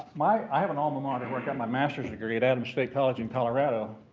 my i have an alma mater and where i got my master's degree at adams state college in colorado.